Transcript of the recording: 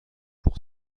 pour